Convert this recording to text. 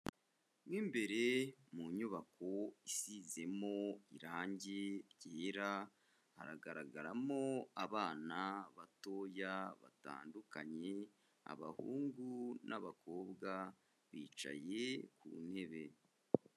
Mu imbere mu nyubako isizemo irange ryera, haragaragaramo abana batoya batandukanye abahungu n'abakobwa bicaye ku ntebe.